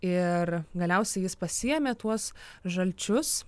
ir galiausiai jis pasiėmė tuos žalčius